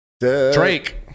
Drake